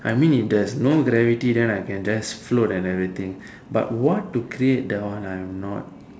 I mean if there's no gravity then I can just float and everything but what to create that one I'm not